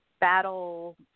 battle